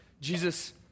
Jesus